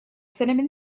cinnamon